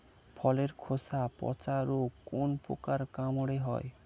ফলের খোসা পচা রোগ কোন পোকার কামড়ে হয়?